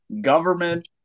government